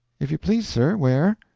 if you please, sir, where?